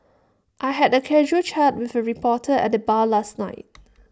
I had A casual chat with A reporter at the bar last night